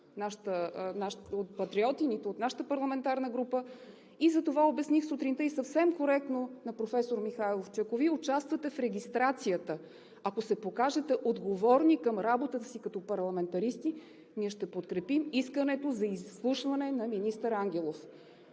от Патриотите, нито от нашата парламентарна група. Затова обясних сутринта съвсем коректно и на професор Михайлов, че ако Вие участвате в регистрацията, ако се покажете отговорни към работата си като парламентаристи, ние ще подкрепим искането за изслушване на министър Ангелов.